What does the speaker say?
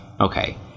okay